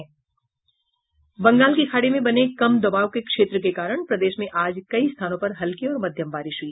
बंगाल की खाड़ी में बने कम दबाव के क्षेत्र के कारण प्रदेश में आज कई स्थानों पर हल्की और मध्यम बारिश हुई